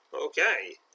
Okay